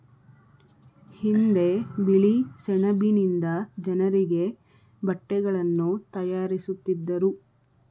ಹಿಂದೆ ಬಿಳಿ ಸೆಣಬಿನಿಂದ ಜನರಿಗೆ ಬಟ್ಟೆಗಳನ್ನು ತಯಾರಿಸುತ್ತಿದ್ದರು